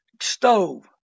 stove